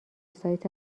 سایت